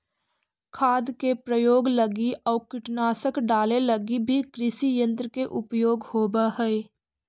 खाद के प्रयोग लगी आउ कीटनाशक डाले लगी भी कृषियन्त्र के उपयोग होवऽ हई